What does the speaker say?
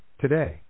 today